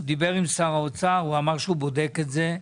הוא דיבר עם שר האוצר, והוא אמר שהוא בודק את זה.